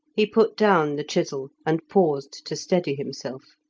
he put down the chisel, and paused to steady himself.